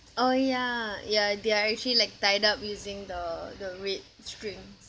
oh yeah ya they are actually like tied up using the the red strings